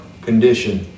condition